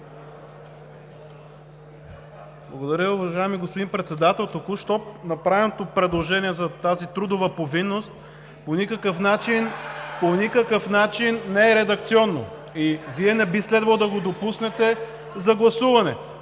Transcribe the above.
Благодаря, уважаеми господин Председател. Току-що направеното предложение за тази трудова повинност (шум и реплики от ГЕРБ) по никакъв начин не е редакционно и Вие не би следвало да го допуснете за гласуване.